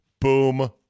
Boom